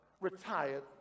retired